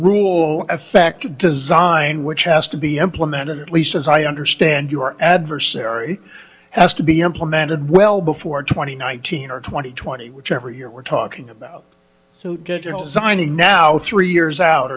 rule as fact a design which has to be implemented at least as i understand your adversary has to be implemented well before twenty nineteen or twenty twenty whichever year we're talking about so digital designing now three years out